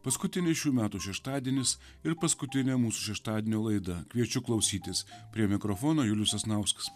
paskutinis šių metų šeštadienis ir paskutinė mūsų šeštadienio laida kviečiu klausytis prie mikrofono julius sasnauskas